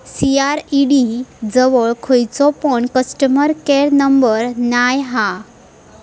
CRED जवळ खयचो पण कस्टमर केयर नंबर नाय हा